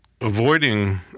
avoiding